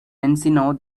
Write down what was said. encino